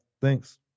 thanks